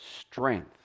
strength